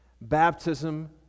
baptism